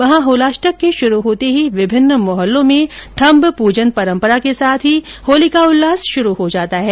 वहां होलाअष्टक के शुरू होते ही विभिन्न मोहल्लों में थम्ब पूजन परम्परा के साथ ही होली का उल्लास शुरू हो जाता है